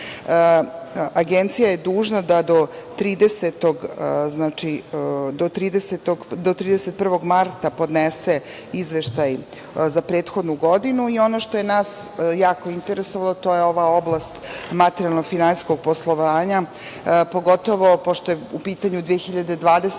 Agencija je dužna da do 31. marta podnese izveštaj za prethodnu godinu. Ono što je nas jako interesovalo to je ova oblast materijalno-finansijskog poslovanja, pogotovo pošto je u pitanju 2020.